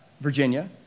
Virginia